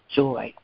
joy